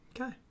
Okay